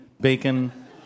bacon